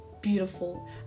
beautiful